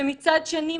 ומצד שני,